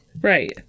Right